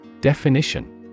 Definition